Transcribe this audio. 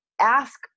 ask